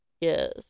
Yes